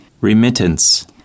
Remittance